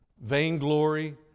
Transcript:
Vainglory